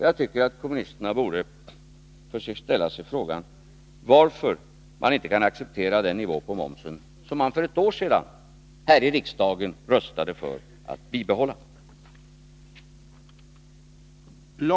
Jag anser att kommunisterna borde fråga sig varför de inte kan acceptera den nivå på momsen som de för ett år sedan här i riksdagen röstade för att bibehålla.